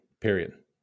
period